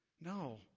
No